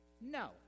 No